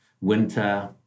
winter